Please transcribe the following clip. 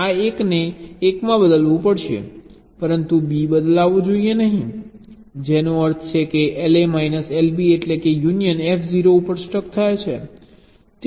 આ A ને 1 માં બદલવું પડશે પરંતુ B બદલવો જોઈએ નહીં જેનો અર્થ છે કે LA માઈનસ LB એટલેકે યુનિયન F 0 ઉપર સ્ટક થાય છે